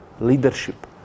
leadership